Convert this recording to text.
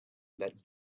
that